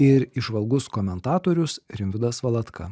ir įžvalgus komentatorius rimvydas valatka